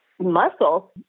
muscle